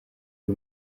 ari